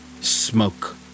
smoke